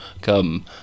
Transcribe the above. come